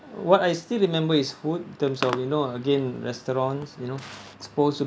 what I still remember is food in terms of you know again restaurants you know supposed to